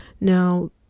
now